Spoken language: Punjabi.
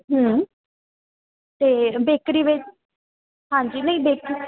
ਹਮ ਅਤੇ ਬੇਕਰੀ ਵੀ ਹਾਂਜੀ ਨਹੀਂ ਦੇਖਣਾ